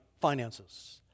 finances